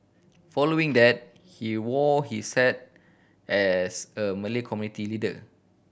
following that he wore his hat as a Malay community leader